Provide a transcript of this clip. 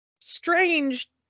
strange